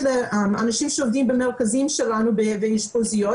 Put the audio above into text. לאנשים שעובדים במרכזים שלנו באשפוזיות.